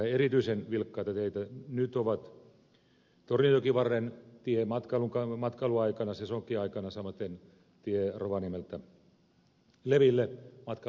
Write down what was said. erityisen vilkkaita teitä nyt ovat tornionjokivarren tie matkailuaikana sesonkiaikana samaten tie rovaniemeltä leville matkailun sesonkiaikoina